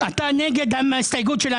מי בעד קבלת ההסתייגות?